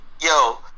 yo